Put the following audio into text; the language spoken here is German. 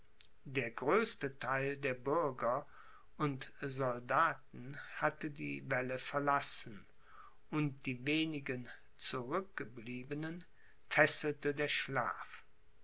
der größte theil der bürger und soldaten hatte die wälle verlassen und die wenigen zurückgebliebenen fesselte der schlaf